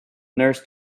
nurse